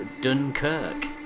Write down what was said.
Dunkirk